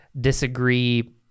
disagree